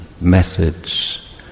methods